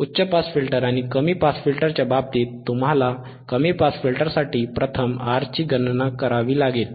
उच्च pass filter आणि कमी पास फिल्टरच्या बाबतीत तुम्हाला कमी पास फिल्टरसाठी प्रथम R ची गणना करावी लागेल